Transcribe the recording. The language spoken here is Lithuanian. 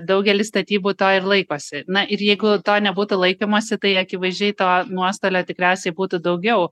daugelis statybų to ir laikosi na ir jeigu to nebūtų laikymosi tai akivaizdžiai to nuostolio tikriausiai būtų daugiau